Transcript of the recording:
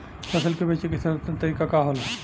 फसल के बेचे के सर्वोत्तम तरीका का होला?